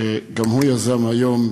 שגם הוא יזם היום,